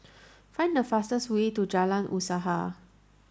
find the fastest way to Jalan Usaha